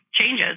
changes